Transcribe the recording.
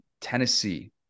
Tennessee